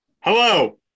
Hello